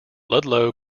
ludlow